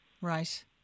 Right